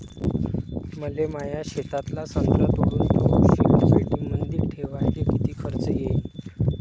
मले माया शेतातला संत्रा तोडून तो शीतपेटीमंदी ठेवायले किती खर्च येईन?